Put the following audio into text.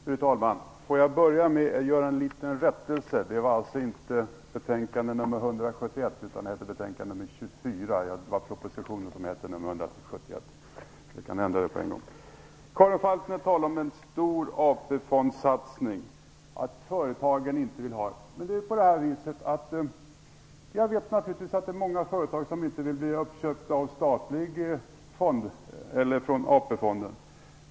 Fru talman! Låt mig börja med att göra en liten rättelse. Detta är alltså inte betänkande nr 171, utan det heter betänkande nr 24. Det var propositionen som hade nr 171. Karin Falkmer talade om en stor AP-fondssatsning och att företagen inte vill ha den. Jag vet naturligtvis att det finns många företag som inte vill bli uppköpta av AP-fonden.